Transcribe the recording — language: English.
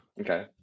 Okay